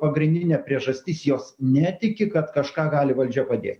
pagrindinė priežastis jos netiki kad kažką gali valdžia padėt